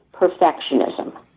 perfectionism